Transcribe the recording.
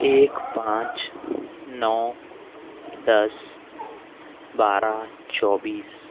ایک پانچ نو دس بارہ چوبیس